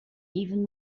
even